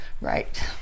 Right